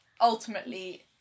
ultimately